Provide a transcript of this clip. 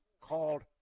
called